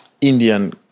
Indian